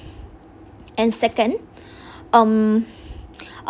and second um